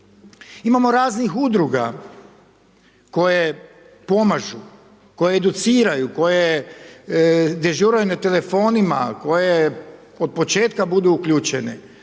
Imamo raznih udruga, koje pomažu, koje educiraju, koje dežuraju na telefonima, koje otpočetka budu uključene.